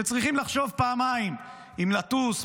שצריכים לחשוב פעמיים אם לטוס,